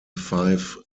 five